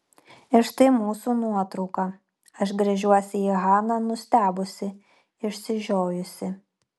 ir štai mūsų nuotrauka aš gręžiuosi į haną nustebusi išsižiojusi